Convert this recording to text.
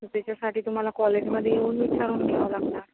तेच्यासाठी तुम्हाला कॉलेजमध्ये येऊन विचारून घ्यावं लागणार